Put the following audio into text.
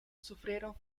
sufrieron